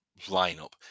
lineup